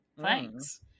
thanks